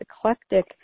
eclectic